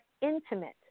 intimate